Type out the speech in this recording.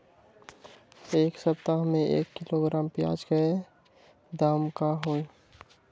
एक सप्ताह में एक किलोग्राम प्याज के दाम का होई?